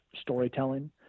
storytelling